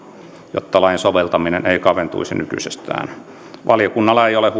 jotta lain soveltaminen ei kaventuisi nykyisestään valiokunnalla ei ole